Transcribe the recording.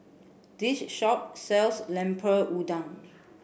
this shop sells Lemper Udang